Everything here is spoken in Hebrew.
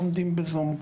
לומדים בזום.